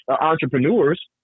entrepreneurs